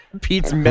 Pete's